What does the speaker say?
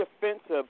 defensive